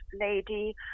lady